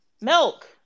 milk